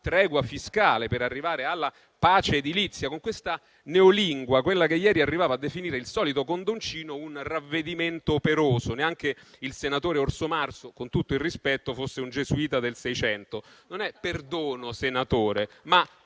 tregua fiscale per arrivare alla pace edilizia; tutto ciò con questa neolingua che ieri arrivava a definire il solito "condoncino" un ravvedimento operoso, neanche il senatore Orsomarso, con tutto il rispetto, fosse un gesuita del Seicento: non è perdono, senatore,